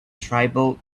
tribal